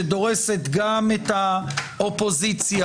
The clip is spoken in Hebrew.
שדורסת גם את האופוזיציה,